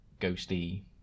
ghosty